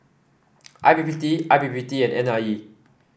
I P P T I P P T and N I E